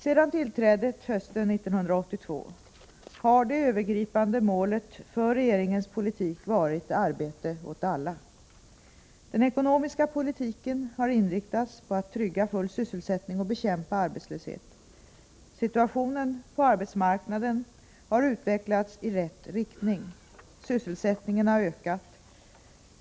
Sedan tillträdet hösten 1982 har det övergripande målet för regeringens politik varit arbete åt alla. Den ekonomiska politiken har inriktats på att trygga full sysselsättning och bekämpa arbetslöshet. Situationen på arbetsmarknaden har utvecklats i rätt riktning. Sysselsättningen har ökat.